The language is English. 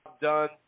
done